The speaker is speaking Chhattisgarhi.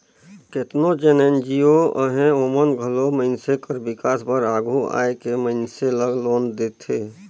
केतनो जेन एन.जी.ओ अहें ओमन घलो मइनसे कर बिकास बर आघु आए के मइनसे ल लोन देथे